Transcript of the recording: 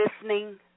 listening